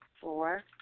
Four